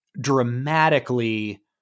dramatically